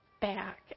back